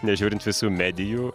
nežiūrint visų medijų